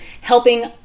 helping